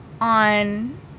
on